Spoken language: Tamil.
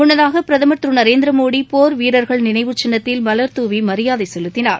முன்னதாக பிரதமர் திரு நரேந்திர மோடி போர் வீரர்கள் நினைவுச்சின்னத்தில் மலர் தூவி மரியாதை செலுத்தினார்